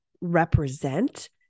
represent